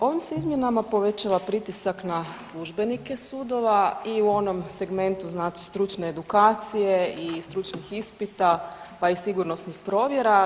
Ovim se izmjenama povećava pritisak na službenike sudova i u onom segmentu, znači stručne edukacije i stručnih ispita pa i sigurnosnih provjera.